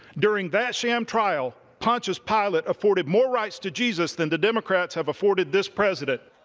during that sham trial, pontius pilate afforded more rights to jesus than the democrats have afforded this president.